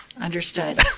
Understood